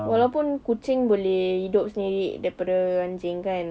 walaupun kucing boleh hidup sendiri daripada anjing kan